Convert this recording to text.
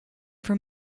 from